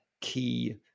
key